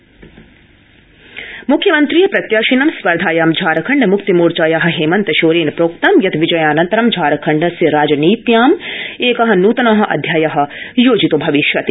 झारखण्ड मुख्यमन्त्रीय प्रत्याशिनां स्पर्धायां झारखण्ड मुक्तिमार्चाया हेमन्त शोरेन प्रोक्तं यत् विजयानन्तरं झारखण्डस्य राजनीत्यां एक नूतन अध्याय योजितो भविष्यति